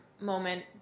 moment